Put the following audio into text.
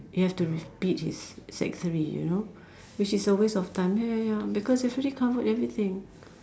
he have to repeat his sec three you know which is a waste of time ya ya ya because he has already covered everything